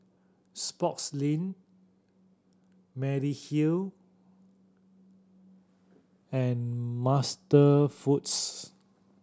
Sportslink Mediheal and MasterFoods